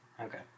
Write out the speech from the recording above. Okay